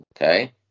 Okay